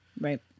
Right